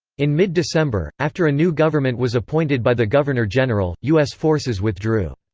in mid-december, after a new government was appointed by the governor-general, u s. forces withdrew.